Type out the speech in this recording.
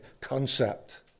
concept